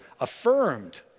affirmed